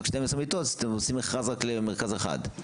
12 מיטות אז אתם עושים מכרז רק למרכז אחד?